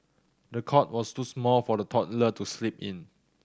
the cot was too small for the toddler to sleep in